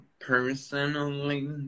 personally